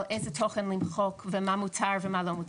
איזה תוכן למחוק ומה מותר ומה לא מותר.